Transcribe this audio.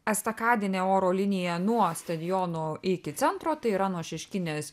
estakadinė oro linija nuo stadiono iki centro tai yra nuo šeškinės